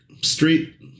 Street